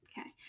Okay